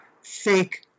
fake